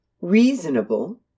reasonable